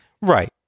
Right